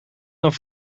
naar